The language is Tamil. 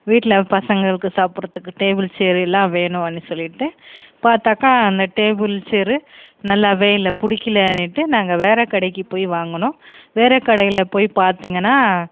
வீட்டில பசங்களுக்கு சாப்புடுறதுக்கு டேபிள் சேர் எல்லா வேணுன்னு சொல்லிவிட்டு பார்த்தாக்கா அந்த டேபுள் சேரு நல்லாவே இல்லை பிடிக்கலனிட்டு நாங்கள் வேறு கடைக்கு போய் வாங்கினோம் வேறு கடையில் போய் பார்த்திங்கனா